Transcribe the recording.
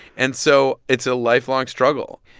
and so it's a lifelong struggle.